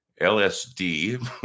LSD